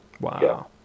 wow